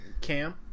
Cam